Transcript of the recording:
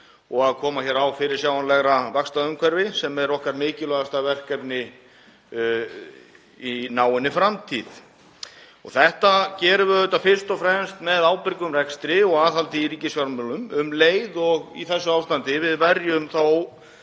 og koma á fyrirsjáanlegra vaxtaumhverfi sem er okkar mikilvægasta verkefni í náinni framtíð. Þetta gerum við auðvitað fyrst og fremst með ábyrgum rekstri og aðhaldi í ríkisfjármálum um leið og við verjum í